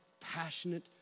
passionate